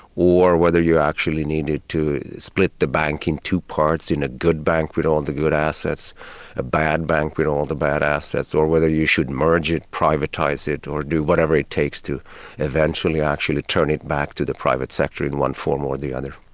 or whether you actually needed to split the bank in two parts in a good bank, with all and the good assets a bad bank with all the bad assets, or whether you should merge it, privatise it, or do whatever it takes to eventually actually turn it back to the private sector in one form or the other.